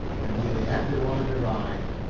and nearly every one had arrived.